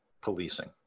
policing